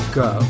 go